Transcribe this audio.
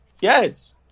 Yes